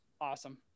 Awesome